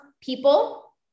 people